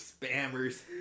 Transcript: spammers